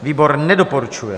Výbor nedoporučuje.